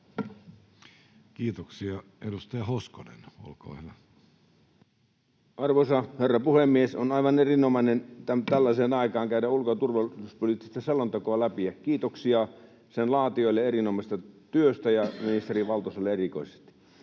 Kiitoksia. — Edustaja Hoskonen, olkaa hyvä. Arvoisa herra puhemies! On aivan erinomaista tällaiseen aikaan käydä ulko- ja turvallisuuspoliittista selontekoa läpi. Kiitoksia sen laatijoille erinomaisesta työstä ja ministeri Valtoselle erityisesti.